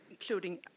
including